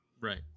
right